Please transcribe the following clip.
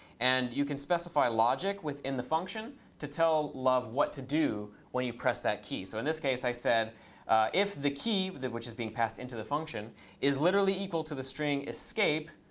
and you can specify logic within the function to tell love what to do when you press that key. so in this case, i said if the key which is being passed into the function is literally equal to the string escape,